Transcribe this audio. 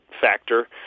factor